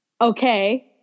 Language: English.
okay